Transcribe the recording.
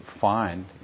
find